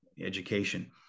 education